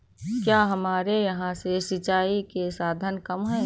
क्या हमारे यहाँ से सिंचाई के साधन कम है?